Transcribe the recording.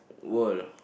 world